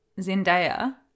Zendaya